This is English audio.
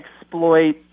exploit